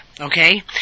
okay